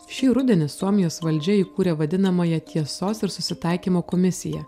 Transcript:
šį rudenį suomijos valdžia įkūrė vadinamąją tiesos ir susitaikymo komisiją